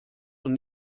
und